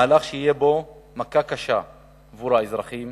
למהלך שיהיה מכה קשה עבור האזרחים,